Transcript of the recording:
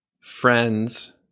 friends